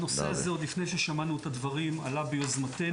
עוד לפני ששמענו את הדברים הנושא הזה עלה ביוזמתנו.